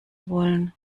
wollen